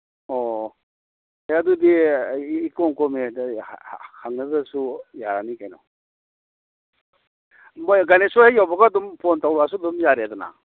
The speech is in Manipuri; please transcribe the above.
ꯑꯣ ꯑꯦ ꯑꯗꯨꯗꯤ ꯏꯀꯣꯝ ꯀꯣꯝꯃꯦ ꯍꯪꯅꯗ꯭ꯔꯁꯨ ꯌꯥꯔꯅꯤ ꯀꯩꯅꯣ ꯃꯣꯏ ꯒꯥꯏꯅꯦꯁꯣꯔ ꯍꯦꯛ ꯌꯧꯕꯒ ꯑꯗꯨꯝ ꯐꯣꯟ ꯇꯧꯔꯛꯑꯁꯨ ꯑꯗꯨꯝ ꯌꯥꯔꯦꯗꯅ